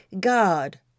God